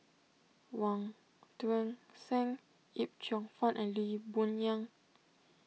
Wong Tuang Seng Yip Cheong Fun and Lee Boon Yang